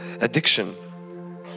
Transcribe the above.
Addiction